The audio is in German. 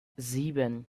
sieben